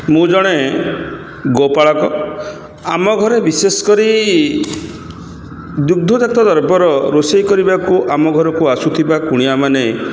ମୁଁ ଜଣେ ଗୋ ପାଳକ ଆମ ଘରେ ବିଶେଷ କରି ଦୁଗ୍ଧ ଜାତୀୟ ଦ୍ରବ୍ୟ ରୋଷେଇ କରିବାକୁ ଆମ ଘରକୁ ଆସୁଥିବା କୁଣିଆମାନେ